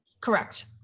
Correct